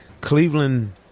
Cleveland